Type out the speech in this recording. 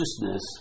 consciousness